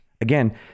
again